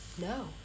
No